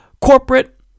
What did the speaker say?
corporate